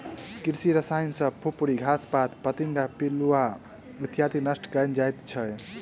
कृषि रसायन सॅ फुफरी, घास पात, फतिंगा, पिलुआ इत्यादिके नष्ट कयल जाइत छै